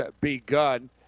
begun